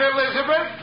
Elizabeth